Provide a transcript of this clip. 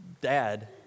dad